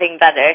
better